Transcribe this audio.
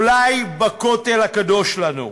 אולי בכותל הקדוש לנו.